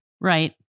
Right